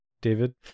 David